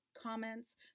comments